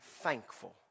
thankful